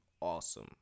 awesome